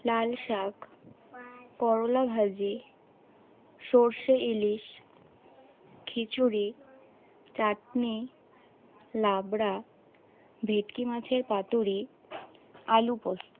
লাল শাক করলা ভাজি সরষে ইলিশ খিচুড়ি চাটনি লাবড়া ভেটকি মাছের পাতুড়ি আলু পোস্ত